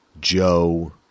Joe